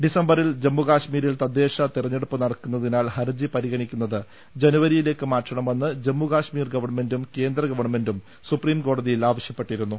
ഡിസംബറിൽ ജമ്മുക ശ്മീരിൽ തദ്ദേശ തെരഞ്ഞെടുപ്പ് നടക്കുന്നതിനാൽ ഹർജി പരിഗ ണിക്കുന്നത് ജനുവരിയിലേക്ക് മാറ്റണമെന്ന് ജമ്മുകശ്മീർ ഗവ ൺമെന്റും കേന്ദ്രഗവൺമെന്റും സുപ്രീംകോടതിയിൽ ആവശ്യപ്പെ ട്ടിരുന്നു